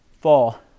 fall